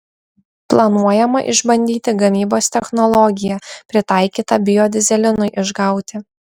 planuojama išbandyti gamybos technologiją pritaikytą biodyzelinui išgauti